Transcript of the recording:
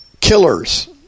killers